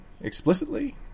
explicitly